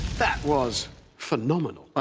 that was phenomenal. i